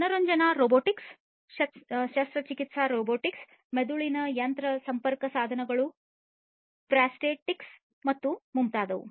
ಮನರಂಜನಾ ರೊಬೊಟಿಕ್ಸ್ ಚಿಕಿತ್ಸಕ ರೊಬೊಟಿಕ್ಸ್ ಮೆದುಳಿನ ಯಂತ್ರ ಸಂಪರ್ಕಸಾಧನಗಳು ಪ್ರಾಸ್ತೆಟಿಕ್ಸ್ ಮತ್ತು ಮುಂತಾದವು